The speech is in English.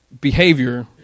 behavior